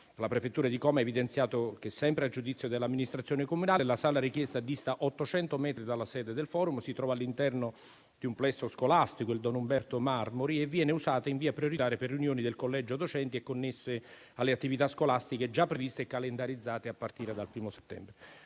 la prefettura di Como ha evidenziato che, sempre a giudizio dell'amministrazione comunale, la sala richiesta dista 800 metri dalla sede del *forum*, si trova all'interno del plesso scolastico Don Umberto Marmori e viene usata in via prioritaria per riunioni del collegio docenti, connesse alle attività scolastiche già previste e calendarizzate a partire dal 1° settembre.